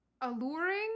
alluring